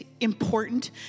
important